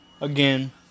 again